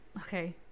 Okay